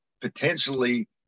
potentially